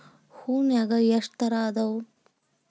ಹೂನ್ಯಾಗ ಎಷ್ಟ ತರಾ ಅದಾವ್?